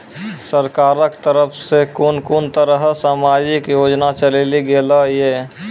सरकारक तरफ सॅ कून कून तरहक समाजिक योजना चलेली गेलै ये?